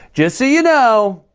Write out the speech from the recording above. just so you know,